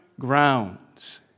grounds